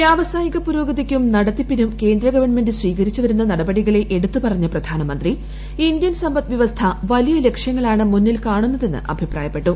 വൃവസായിക പുരോഗതിക്കും നടത്തിപ്പിനും കേന്ദ്ര ഗവൺമെന്റ് സ്വീകരിച്ചു വരുന്ന നടപടികളെ എട്ടുത്തു പറഞ്ഞ പ്രധാനമന്ത്രി ഇന്ത്യൻ സമ്പദ്വ്യവസ്ഥ വലിയ ലക്ഷ്യങ്ങളാണ് മുന്നിൽ കാണുന്നതെന്ന് അഭിപ്രായപ്പെട്ടു